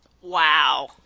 Wow